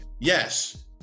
Yes